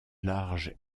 large